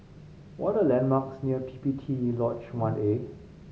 what are the landmarks near P P T Lodge One A